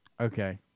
Okay